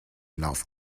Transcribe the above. lauf